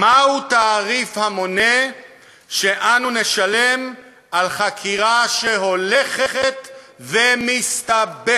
מהו תעריף המונה שאנו נשלם על חקירה שהולכת ומסתבכת?